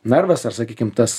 narvas ar sakykim tas